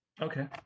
okay